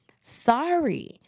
Sorry